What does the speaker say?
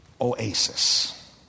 oasis